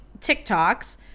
TikToks